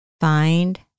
find